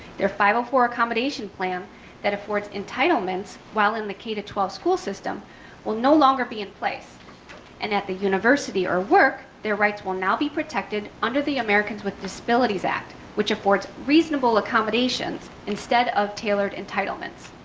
their five hundred and four accommodation plan that affords entitlements while in the k to twelve school system will no longer be in place. and at the university or work, their rights will now be protected under the americans with disabilities act, which affords reasonable accommodations instead of tailored entitlements.